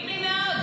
מתאים לי מאוד,